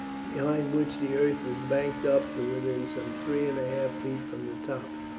behind which the earth was banked up to within some three and a half feet from the top,